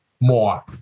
more